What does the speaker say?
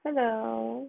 hello